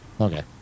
okay